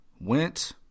Went